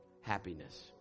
happiness